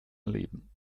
erleben